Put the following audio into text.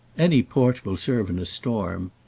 any port will serve in a storm.